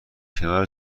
کنار